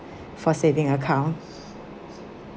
for saving account